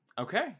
okay